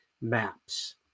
maps